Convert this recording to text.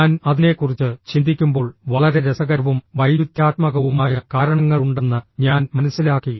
ഞാൻ അതിനെക്കുറിച്ച് ചിന്തിക്കുമ്പോൾ വളരെ രസകരവും വൈരുദ്ധ്യാത്മകവുമായ കാരണങ്ങളുണ്ടെന്ന് ഞാൻ മനസ്സിലാക്കി